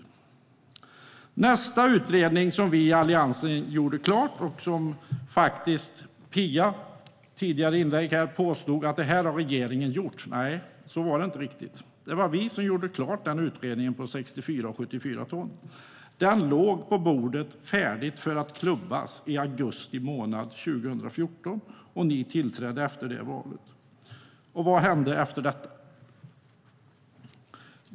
Sedan gäller det nästa utredning som vi i Alliansen gjorde klar. Pia påstod i ett tidigare inlägg att regeringen har gjort det här. Nej, så var det inte riktigt. Det var vi som gjorde klar utredningen om 64 och 74 ton. Den låg färdig på bordet för att klubbas i augusti månad 2014. Ni tillträdde efter valet. Vad hände efter detta?